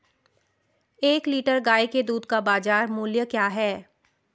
एक लीटर गाय के दूध का बाज़ार मूल्य क्या है?